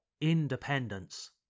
independence